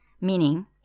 meaning